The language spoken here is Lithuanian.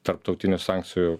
tarptautinių sankcijų